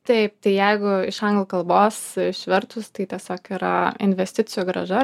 taip tai jeigu iš anglų kalbos išvertus tai tiesiog yra investicijų grąža